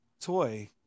toy